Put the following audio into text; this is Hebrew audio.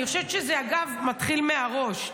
אני חושבת שזה מתחיל מהראש,